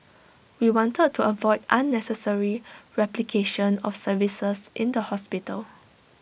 we wanted to avoid unnecessary replication of services in the hospital